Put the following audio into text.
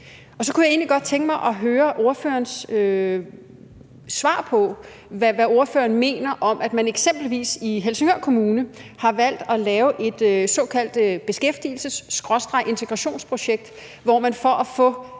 Så kunne jeg egentlig godt tænke mig at høre ordførerens svar på, hvad ordføreren mener om, at man eksempelvis i Helsingør Kommune har valgt at lave et såkaldt beskæftigelses- skråstreg integrationsprojekt, hvor man for at få